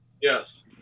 yes